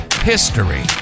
history